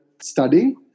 studying